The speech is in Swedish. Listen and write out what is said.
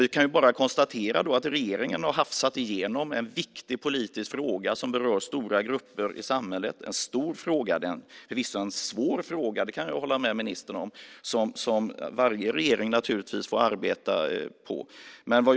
Vi kan bara konstatera att regeringen har hafsat igenom en viktig politisk fråga som berör stora grupper i samhället. Det är en stor och förvisso en svår fråga - det kan jag hålla med ministern om - som naturligtvis varje regering får arbeta med.